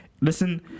Listen